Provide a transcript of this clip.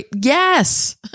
yes